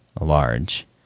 large